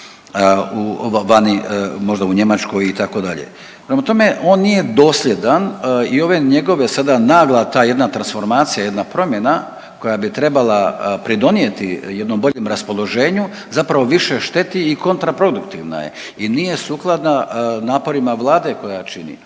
u Njemačkoj, itd. Prema tome, on nije dosljedan i ove njegove, sada nagla ta jedna transformacija, jedna promjena koja bi trebala pridonijeti jednom boljem raspoloženju, zapravo više šteti i kontraproduktivna je i nije sukladna naporima Vlade koja čini.